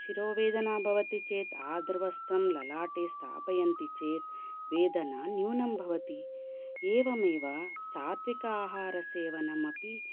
शिरोवेदना भवति चेत् आर्द्रवस्त्रं ललाटे स्थापयन्ति चेत् वेदना न्यूनं भवति एवमेव सात्विक आहारसेवनमपि